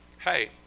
hey